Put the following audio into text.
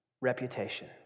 reputation